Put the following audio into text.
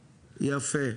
יפה.